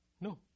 No